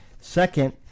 Second